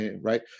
Right